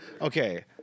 Okay